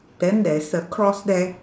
then there's a cross there